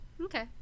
Okay